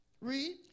Read